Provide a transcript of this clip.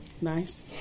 Nice